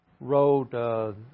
wrote